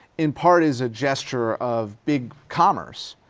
in part is a gesture of big commerce.